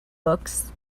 books